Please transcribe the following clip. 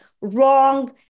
wrong